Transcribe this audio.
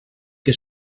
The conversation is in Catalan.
que